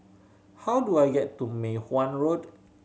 how do I get to Mei Hwan Road